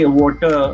water